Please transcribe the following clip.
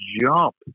jump